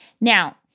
Now